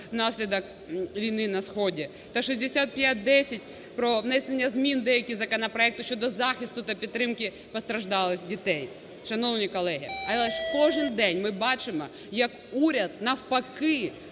внаслідок війни на сході та 6510 про внесення змін в деякі законопроекти щодо захисту та підтримку постраждалих дітей. Шановні колеги, але ж кожен день ми бачимо, як уряд навпаки